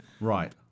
right